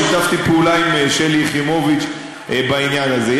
שיתפתי פעולה עם שלי יחימוביץ בעניין הזה.